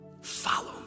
follow